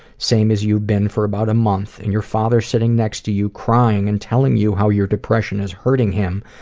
same as you've been in for about a month, and your father sitting next to you crying and telling you how your depression is hurting him,